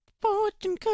Fortune